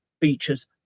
features